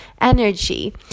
energy